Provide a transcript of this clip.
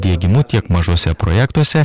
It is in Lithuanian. diegimu tiek mažuose projektuose